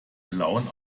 blauen